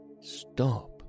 stop